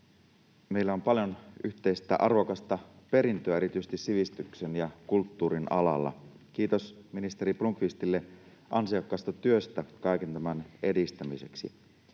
Meillä on paljon yhteistä, arvokasta perintöä erityisesti sivistyksen ja kulttuurin alalla. Kiitos ministeri Blomqvistille ansiokkaasta työstä kaiken tämän edistämiseksi.